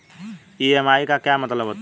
EMI का क्या मतलब होता है?